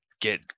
get